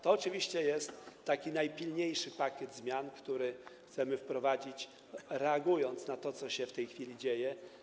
To oczywiście jest taki najpilniejszy pakiet zmian, które chcemy wprowadzić, reagując na to, co się w tej chwili dzieje.